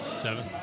Seven